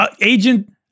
agent